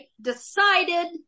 decided